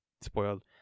spoiled